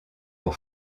pour